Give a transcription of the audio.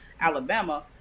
Alabama